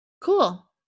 Cool